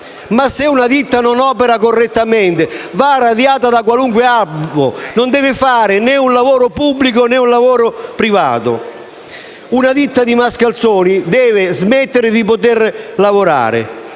ma se una ditta non opera correttamente va radiata da qualunque albo e non deve fare né un lavoro pubblico, né un lavoro privato: una ditta di mascalzoni deve smettere di lavorare.